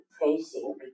facing